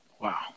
Wow